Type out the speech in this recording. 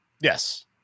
Yes